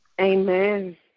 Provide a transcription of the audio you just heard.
Amen